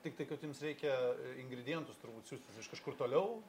tik tai kad jums reikia i ingridientus turbūt siųstis iš kažkur toliau